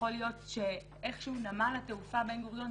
שיכול להיות שאיכשהו נמל התעופה בן גוריון,